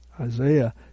Isaiah